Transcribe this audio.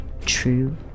True